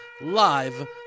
live